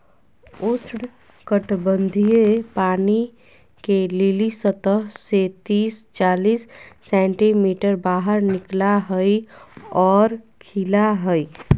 उष्णकटिबंधीय पानी के लिली सतह से तिस चालीस सेंटीमीटर बाहर निकला हइ और खिला हइ